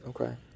Okay